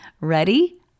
Ready